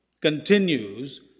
continues